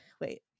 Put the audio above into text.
Wait